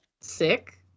Sick